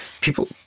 people